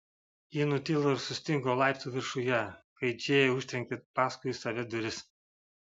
ji nutilo ir sustingo laiptų viršuje kai džėja užtrenkė paskui save duris